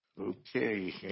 Okay